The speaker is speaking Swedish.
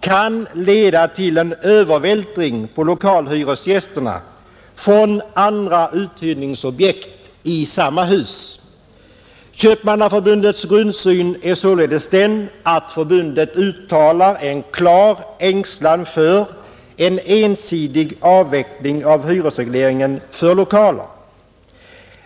kan leda till en övervältring på lokalhyresgästerna från andra uthyrningsobjekt i samma hus. Köpmannaförbundets grundsyn är således den att förbundet uttalar en klar ängslan för en ensidig avveckling av hyresregleringen för lokaler.